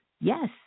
Yes